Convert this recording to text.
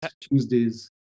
Tuesdays